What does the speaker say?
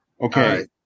Okay